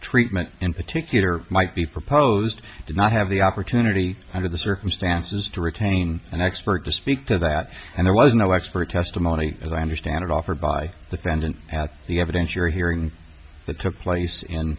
treatment in particular might be proposed did not have the opportunity under the circumstances to retain an expert to speak to that and there was no expert testimony as i understand it offered by the fans and at the evidentiary hearing that took place